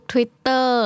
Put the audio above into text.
Twitter